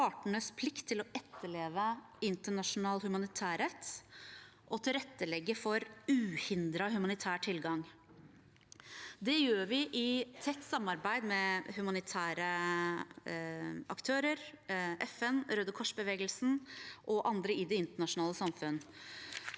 partenes plikt til å etterleve internasjonal humanitærrett og tilrettelegge for uhindret humanitær tilgang. Det gjør vi i tett samarbeid med humanitære aktører, FN, Røde Kors-bevegelsen og andre i det internasjonale samfunn.